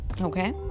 okay